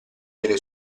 delle